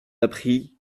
apprit